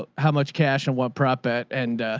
ah how much cash and what prop bet. and, ah,